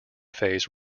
phase